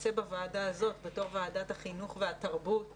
מתמצה בוועדה הזאת בתור ועדת החינוך והתרבות והספורט,